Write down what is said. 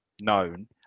known